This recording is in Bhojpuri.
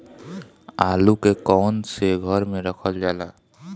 आलू के कवन से घर मे रखल जाला?